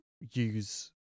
use